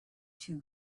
two